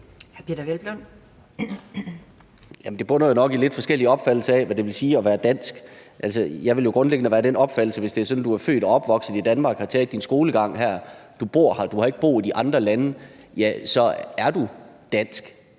Det bunder jo nok i en lidt forskellig opfattelse af, hvad det vil sige at være dansk. Jeg vil jo grundlæggende være af den opfattelse, at hvis det er sådan, at du er født og opvokset i Danmark, har taget din skolegang her, du bor her, du har ikke boet i andre lande, ja, så er du dansk.